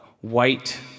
white